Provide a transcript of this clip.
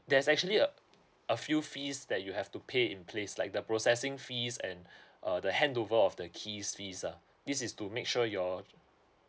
there's actually uh a few fees that you have to pay in place like the processing fees and uh the handover of the keys fees lah this is to make sure your